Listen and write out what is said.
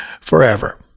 forever